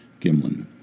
Gimlin